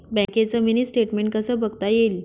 बँकेचं mini statement कसं बघता येईल?